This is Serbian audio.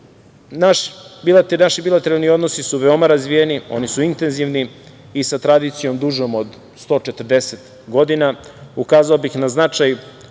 Naši bilateralni odnosi su veoma razvijeni, oni su intenzivni i sa tradicijom dužom od 140 godina. Ukazao bih na značaj